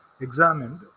examined